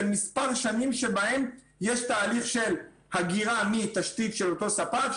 של מספר שנים שבהן יש תהליך של הגירה מתשתית של אותו ספק,